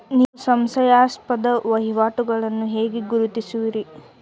ನೀವು ಸಂಶಯಾಸ್ಪದ ವಹಿವಾಟುಗಳನ್ನು ಹೇಗೆ ಗುರುತಿಸುವಿರಿ?